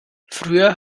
früher